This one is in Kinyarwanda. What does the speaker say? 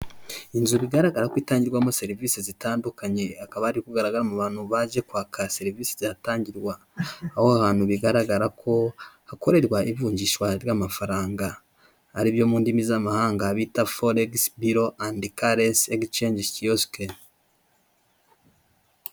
Inzu bigaragara ko itangirwamo serivise zitandukanye, hakaba hari kugaragaramo abantu baje kwaka serivisi zihatangirwa, aho hantu bigaragara ko hakorerwa ivunjishwa ry'amafaranga, aribyo mu ndimi z'amahanga bita foregisi biro andi karensi egisicenge kiyosike.